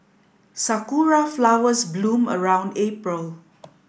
sakura flowers bloom around April